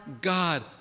God